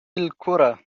الكرة